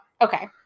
Okay